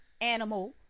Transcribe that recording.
animal